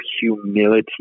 humility